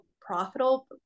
profitable